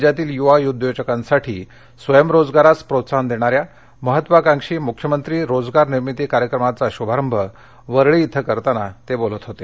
राज्यातील युवा उद्योजकांसाठी स्वयंरोजगारास प्रोत्साहन देणाऱ्या महत्वाकांक्षी मुख्यमंत्री रोजगार निर्मिती कार्यक्रमचा शुभारंभ वरळी इथं करताना ते बोलत होते